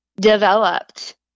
developed